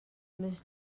més